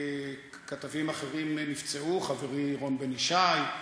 כתבים אחרים נפצעו, חברי רון בן-ישי,